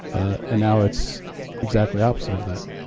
and now it's exactly opposite of that.